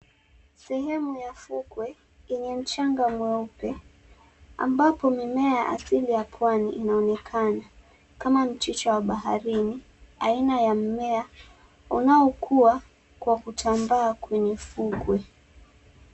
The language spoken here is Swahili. Sehemu ya fukwe yenye mchanga mweupe ambapo mimea asili ya pwani inaonekana kama mchicha wa baharini aina ya mimea unaokuwa kwa kutambaa kwenye fukwe.